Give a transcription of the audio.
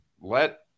Let